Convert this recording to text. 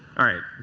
all right.